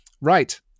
Right